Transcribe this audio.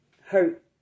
hurt